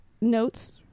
notes